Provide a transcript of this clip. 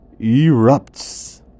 erupts